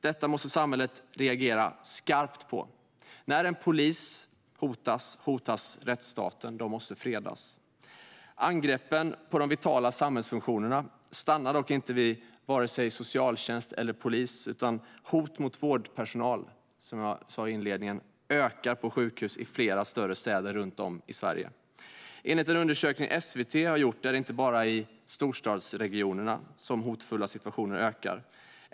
Detta måste samhället reagera skarpt på. När en polis hotas, hotas rättsstaten. Polisen måste fredas. Angreppen på de vitala samhällsfunktionerna stannar dock inte vid vare sig socialtjänst eller polis. Hot mot vårdpersonal ökar, som jag sa i inledningen, på sjukhus i flera större städer runt om i Sverige. Enligt en undersökning som SVT har gjort är det inte bara i storstadsregionerna som hotfulla situationer ökar.